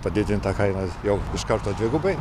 padidinti tą kainą jau iš karto dvigubai